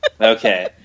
Okay